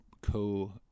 co